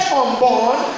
unborn